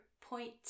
point